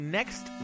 next